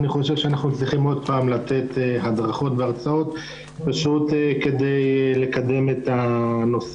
אני חושב שאנחנו צריכים עוד פעם לתת הדרכות והרצאות כדי לקדם את הנושא.